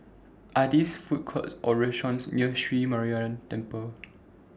Are There Food Courts Or restaurants near Sri Muneeswaran Temple